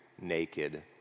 naked